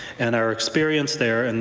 and our experience there. and